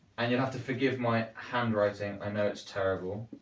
and you'll have to forgive my handwriting, i know it's terrible.